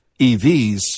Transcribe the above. EVs